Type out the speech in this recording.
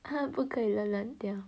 可以乱乱掉